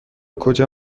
کجا